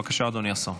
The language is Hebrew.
בבקשה, אדוני השר.